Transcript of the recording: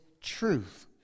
truth